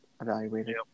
evaluated